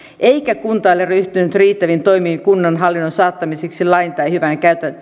eikä kunta ole ryhtynyt riittäviin toimiin kunnan hallinnon saattamiseksi lain tai hyvän